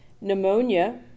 pneumonia